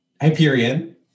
Hyperion